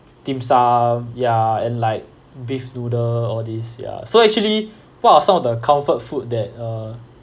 dim sum ya and like beef noodle all this ya so actually what are some of the comfort food that uh